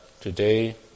today